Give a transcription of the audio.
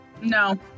No